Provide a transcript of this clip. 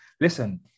Listen